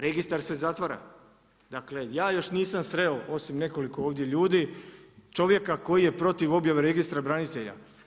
Registar se zatvara, dakle ja još nisam sreo osim nekoliko ovdje ljudi čovjeka koji je protiv objave Registra branitelja.